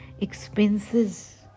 expenses